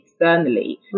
externally